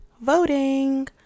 voting